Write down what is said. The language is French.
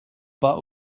pas